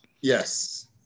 Yes